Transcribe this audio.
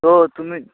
ও তুমি